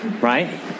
right